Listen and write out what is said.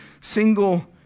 single